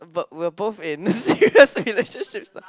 but we're both in s~ serious relationships